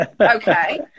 Okay